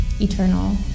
eternal